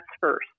first